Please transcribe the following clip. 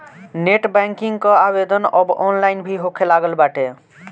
net banking कअ आवेदन अब ऑनलाइन भी होखे लागल बाटे